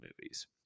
movies